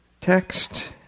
text